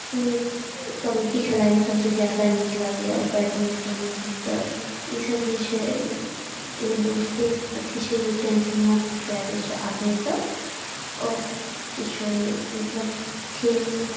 कबड्डी खेलाइमे सभसँ ज्यादा नीक लागैए बैडमिंटनोसभ तऽ ईसभ जे छै एगो दोसरे अथि छै जे टेंशन मुक्त कए दै छै आदमीकेँ आओर किछो नहि मतलब खेल